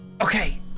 Okay